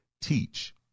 teach